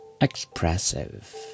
Expressive